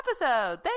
episode